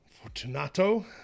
Fortunato